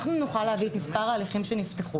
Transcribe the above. אנחנו נוכל להביא את מספר ההליכים שנפתחו.